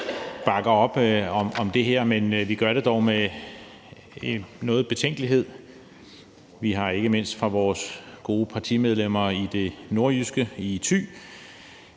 bakker op om det her, men vi gør det dog med nogen betænkelighed. Vi har ikke mindst fra vores gode partimedlemmer i det nordjyske, i Thy,